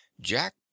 Jack